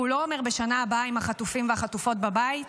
הוא לא אומר בשנה הבאה עם החטופים והחטופות בבית.